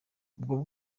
ubu